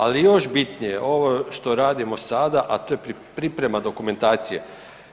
Ali je još bitnije ovo što radimo sada, a to je priprema dokumentacije